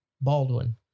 Baldwin